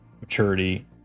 maturity